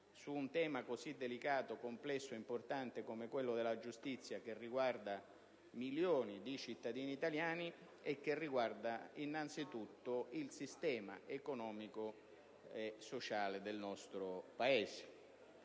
su un tema così delicato, complesso ed importante come quello della giustizia, che riguarda milioni di cittadini italiani e innanzi tutto il sistema economico e sociale del nostro Paese.